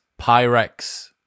Pyrex